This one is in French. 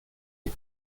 est